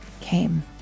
came